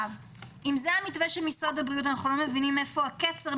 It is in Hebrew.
אם זה המתווה של משרד הבריאות אנחנו לא מבינים איפה הקצר?